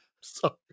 sorry